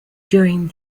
during